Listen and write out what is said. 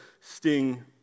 sting